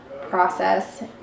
process